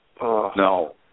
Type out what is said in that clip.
No